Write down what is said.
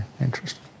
interesting